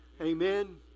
Amen